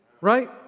Right